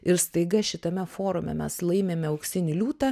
ir staiga šitame forume mes laimime auksinį liūtą